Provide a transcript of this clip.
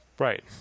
Right